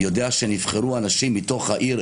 יודע שנבחרו אנשים מתוך העיר,